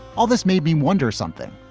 all this made me wonder something